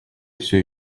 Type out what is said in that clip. все